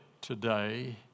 today